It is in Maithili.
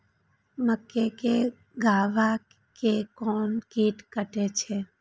मक्के के गाभा के कोन कीट कटे छे?